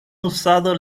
usado